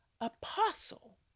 Apostle